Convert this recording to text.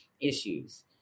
issues